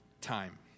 time